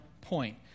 point